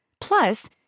Plus